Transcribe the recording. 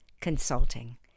consulting